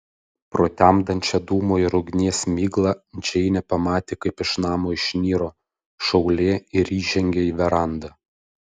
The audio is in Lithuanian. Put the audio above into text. pro temdančią dūmų ir ugnies miglą džeinė pamatė kaip iš namo išniro šaulė ir išžengė į verandą